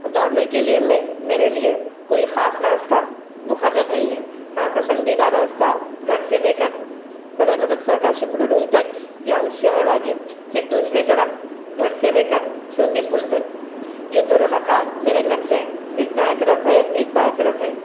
اور دوڑنے کے لیے میر میرے لیے کوئی خاص راستہ مقرر نہیں ہے ہاں پسندیدہ راستہ گھر سے لے کر بڑے مدرسہ کاشف العلوم تک یا اس سے اور آگے پھر دوسری طرف گھر سے لے کر سیوتی پل تک یہ دونوں مقام میرے گھر سے ایک دائیں طرف ہے ایک بائیں طرف ہے